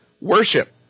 worship